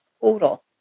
total